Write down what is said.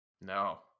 No